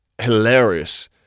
hilarious